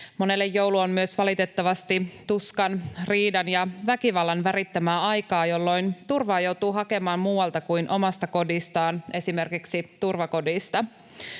Monelle joulu on myös valitettavasti tuskan, riidan ja väkivallan värittämää aikaa, jolloin turvaa joutuu hakemaan muualta kuin omasta kodistaan, esimerkiksi turvakodista.